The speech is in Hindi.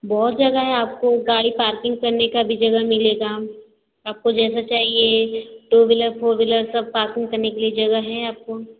बहुत जगह है आपको गाड़ी पार्किंग करने का भी जगह मिलेगा आपको जैसा चाहिए ये टू व्हीलर फ़ोर व्हीलर सब पार्किंग करने के लिए जगह है आपको